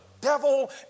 devil